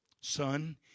Son